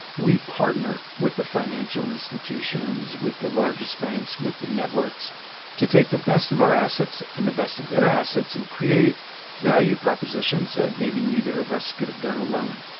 we partner with the financial institutions, with the largest banks, with the networks to take the best of our assets and the best of their assets and create value propositions that maybe neither of us could've done alone.